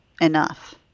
enough